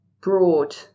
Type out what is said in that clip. broad